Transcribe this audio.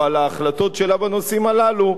או על ההחלטות שלה בנושאים הללו,